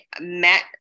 met